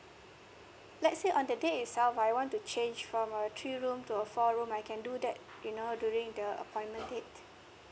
let's say on the day itself I want to change from a three room to a four room I can do that you know during the appointment date